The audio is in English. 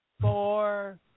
four